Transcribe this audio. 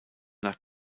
nach